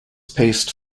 paste